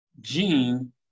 gene